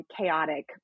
chaotic